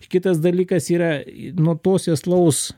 kitas dalykas yra nuo to sėslaus